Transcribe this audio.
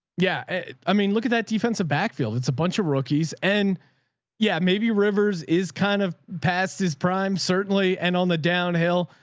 i mean, look at that defensive backfield. it's a bunch of rookies and yeah, maybe rivers is kind of past his prime certainly. and on the downhill.